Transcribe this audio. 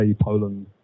Poland